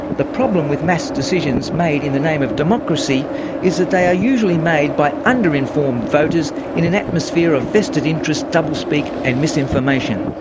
the problem with mass decisions made in the name of democracy is that they are usually made by under-informed voters in an atmosphere of vested-interest double speak and mis-information.